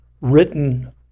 written